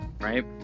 right